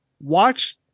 Watch